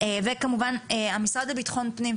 וכמובן המשרד לביטחון פנים,